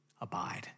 abide